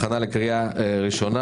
הכנה לקריאה ראשונה,